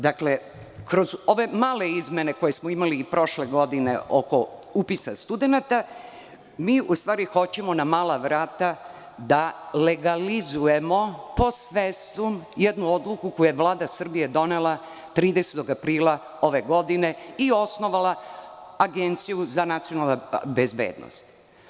Dakle, kroz ove male izmene koje smo imali prošle godine oko upisa studenata, mi u stvari hoćemo na mala vrata da legalizujemo post festum jednu odluku koju je Vlada Srbije donela 30. aprila ove godine i osnovala Agenciju za nacionalnu bezbednost.